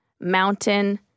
Mountain